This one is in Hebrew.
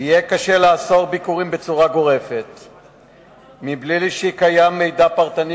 יהיה קשה לאסור ביקורים בצורה גורפת בלי שקיים מידע פרטני